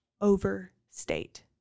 overstate